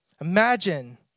Imagine